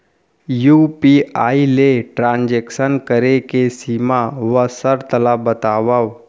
UPI ले transaction करे के सीमा व शर्त ला बतावव?